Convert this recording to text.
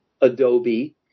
adobe